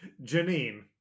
Janine